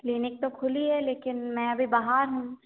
clinic तो खुली है लेकिन मैं अभी बाहर हूँ